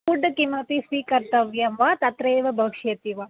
food किमपि स्वीकर्तव्यं वा तत्रैव भविष्यति वा